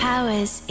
Powers